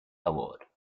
award